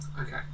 okay